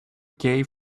gay